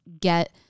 get